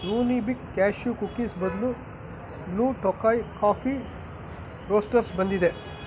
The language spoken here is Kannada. ಯೂನಿಬಿಕ್ ಕ್ಯಾಶ್ಯು ಕುಕೀಸ್ ಬದಲು ಬ್ಲೂ ಟೋಕಾಯ್ ಕಾಫಿ ರೋಸ್ಟರ್ಸ್ ಬಂದಿದೆ